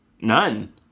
None